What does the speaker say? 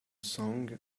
song